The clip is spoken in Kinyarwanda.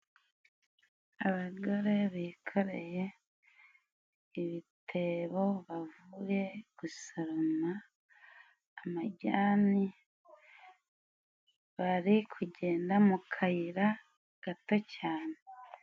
Abagore bikoreye ibitebo bavuye gusaroma amajyani bari kugenda mu kayira gato cyane.